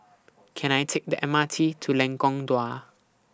Can I Take The M R T to Lengkong Dua